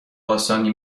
آسانی